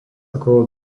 okolo